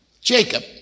Jacob